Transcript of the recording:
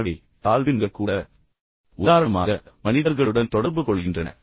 எனவே டால்பின்கள் கூட உதாரணமாக மனிதர்களுடன் தொடர்பு கொள்கின்றன